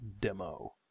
demo